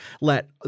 let